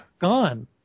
Gone